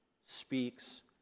speaks